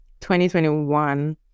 2021